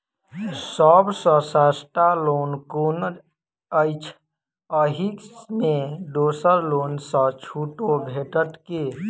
सब सँ सस्ता लोन कुन अछि अहि मे दोसर लोन सँ छुटो भेटत की?